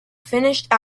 finished